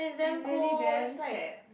is really damn sad